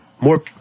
more